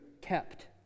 kept